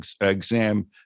exam